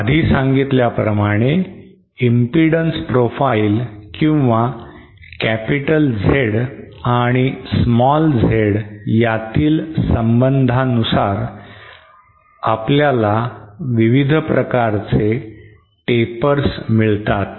आधी सांगितल्याप्रमाणे impedance profile किंवा कॅपिटल Z आणि स्मॉल z यातील संबंधांनुसार आपल्याला विविध प्रकारचे tapers मिळतात